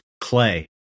clay